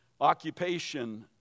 occupation